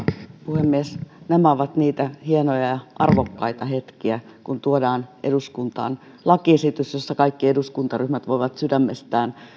puhemies nämä ovat niitä hienoja ja arvokkaita hetkiä kun tuodaan eduskuntaan lakiesitys jossa kaikki eduskuntaryhmät voivat sydämestään